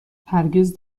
هرگز